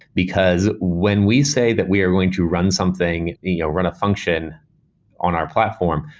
because when we say that we are going to run something, you know run a function on our platform,